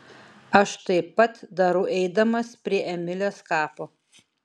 aš taip pat darau eidamas prie emilės kapo